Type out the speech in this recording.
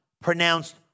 pronounced